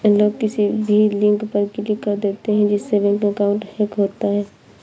लोग किसी भी लिंक पर क्लिक कर देते है जिससे बैंक अकाउंट हैक होता है